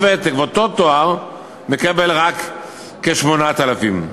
ותק ואותו תואר מקבל רק כ-8,000 שקלים,